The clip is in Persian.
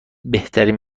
بهترین